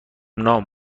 نام